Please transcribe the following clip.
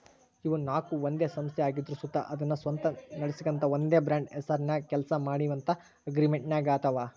ಇವು ನಾಕು ಒಂದೇ ಸಂಸ್ಥೆ ಆಗಿದ್ರು ಸುತ ಅದುನ್ನ ಸ್ವಂತ ನಡಿಸ್ಗಾಂತ ಒಂದೇ ಬ್ರಾಂಡ್ ಹೆಸರ್ನಾಗ ಕೆಲ್ಸ ಮಾಡ್ತೀವಂತ ಅಗ್ರಿಮೆಂಟಿನಾಗಾದವ